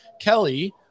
Kelly